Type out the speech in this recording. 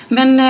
Men